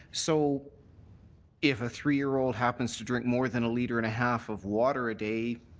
so if a three year old happens to drink more than a litre and a half of water a day,